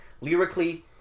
lyrically